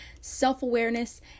self-awareness